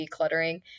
decluttering